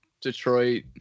Detroit